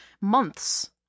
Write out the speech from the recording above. months